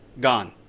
gone